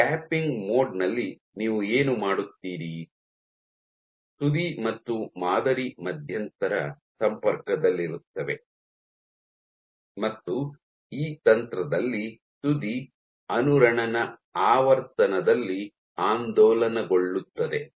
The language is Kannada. ಟ್ಯಾಪಿಂಗ್ ಮೋಡ್ ನಲ್ಲಿ ನೀವು ಏನು ಮಾಡುತ್ತೀರಿ ತುದಿ ಮತ್ತು ಮಾದರಿ ಮಧ್ಯಂತರ ಸಂಪರ್ಕದಲ್ಲಿರುತ್ತವೆ ಮತ್ತು ಈ ತಂತ್ರದಲ್ಲಿ ತುದಿ ಅನುರಣನ ಆವರ್ತನದಲ್ಲಿ ಆಂದೋಲನಗೊಳ್ಳುತ್ತದೆ